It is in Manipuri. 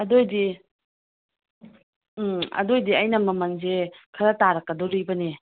ꯑꯗꯨ ꯑꯣꯏꯗꯤ ꯎꯝ ꯑꯗꯨ ꯑꯣꯏꯗꯤ ꯑꯩꯅ ꯃꯃꯜꯁꯦ ꯈꯔ ꯇꯥꯔꯛꯀꯗꯣꯔꯤꯕꯅꯤ